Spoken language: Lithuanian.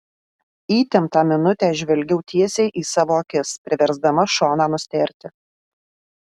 įtemptą minutę žvelgiau tiesiai į savo akis priversdama šoną nustėrti